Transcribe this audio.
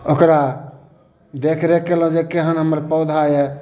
ओकरा देखरेख कयलहुँ जे केहन हमर पौधा यऽ